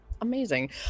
Amazing